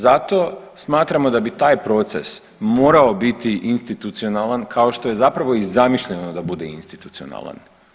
Zato smatramo da bi taj proces morao biti institucionalan kao što je zapravo i zamišljeno da bude institucionalan.